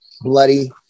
bloody